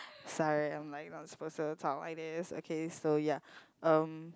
sorry I'm like not supposed to talk like this okay so ya um